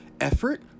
Effort